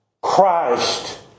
Christ